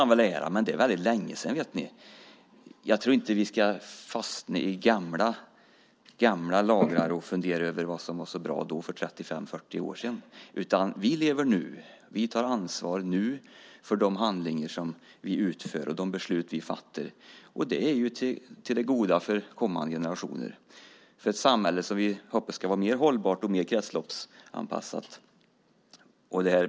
Men det är väldigt länge sedan. Jag tror inte vi ska vila på gamla lagrar och fundera över vad som var så bra för 35-40 år sedan. Vi lever ju nu. Vi tar ansvar nu för de handlingar vi utför och de beslut vi fattar, och det är till det goda för kommande generationer och för ett samhälle som vi hoppas ska vara mer hållbart och mer kretsloppsanpassat.